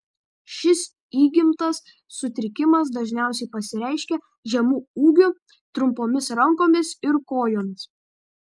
šis įgimtas sutrikimas dažniausiai pasireiškia žemu ūgiu trumpomis rankomis ir kojomis